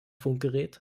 funkgerät